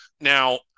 Now